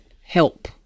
help